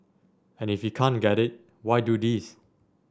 and if he can't get it why do this